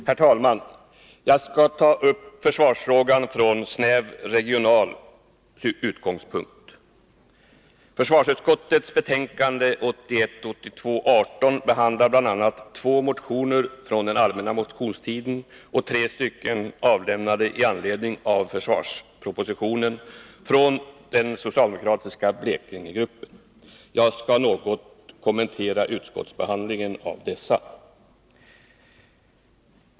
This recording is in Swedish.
Herr talman! Jag skall ta upp försvarsfrågan från snävt regional utgångspunkt. Försvarsutskottets betänkande 1981/82:18 behandlar bl.a. två motioner från den allmänna motionstiden och tre motioner avlämnade i anledning av försvarspropositionen från den socialdemokratiska Blekingegruppen. Jag skall något kommentera utskottsbehandlingen av dessa.